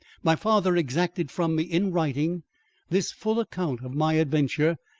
my father exacted from me in writing this full account of my adventure,